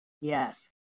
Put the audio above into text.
Yes